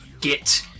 get